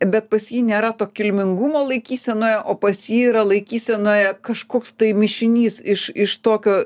bet pas jį nėra to kilmingumo laikysenoje o pas jį yra laikysenoje kažkoks mišinys iš iš tokio